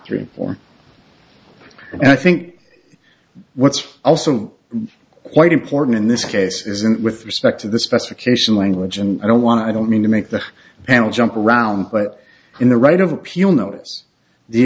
three four and i think what's also quite important in this case isn't with respect to the specification language and i don't want to i don't mean to make the panel jump around but in the right of appeal notice the